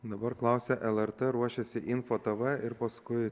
dabar klausia lrt ruošiasi info tv ir paskui